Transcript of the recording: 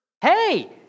hey